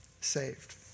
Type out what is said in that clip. saved